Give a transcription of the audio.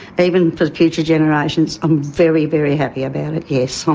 even for future generations, i'm very, very happy about it, yes, um